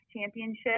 championship